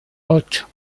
ocho